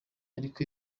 ariko